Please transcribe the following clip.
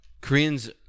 Koreans